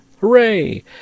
Hooray